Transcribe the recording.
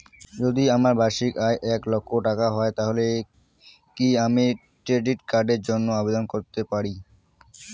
যদি আমার বার্ষিক আয় এক লক্ষ টাকা হয় তাহলে কি আমি ক্রেডিট কার্ডের জন্য আবেদন করতে পারি?